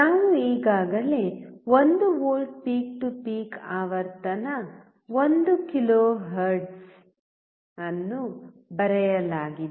ನೀವು ಈಗಾಗಲೇ 1 volt peak to peak ಆವರ್ತನ 1 ಕಿಲೋಹೆರ್ಟ್ಜ್ ಅನ್ನು ಬರೆಯಲಾಗಿದೆ